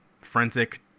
forensic